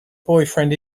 boyfriend